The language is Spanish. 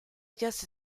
ellas